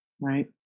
right